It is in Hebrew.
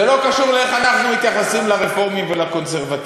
זה לא קשור לאיך אנחנו מתייחסים לרפורמים ולקונסרבטיבים.